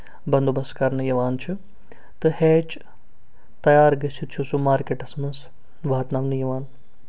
بنٛدوبَس کَرنہٕ یِوان چھُ تہٕ ہیچ تَیار گٔژھِتھ چھُ سُہ مارکیٹَس منٛز واتناونہٕ یِوان